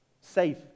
Safe